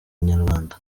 inyarwanda